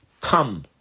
come